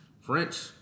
French